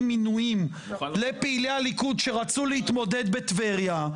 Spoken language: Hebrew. מינויים לפעילי הליכוד שרצו להתמודד בטבריה.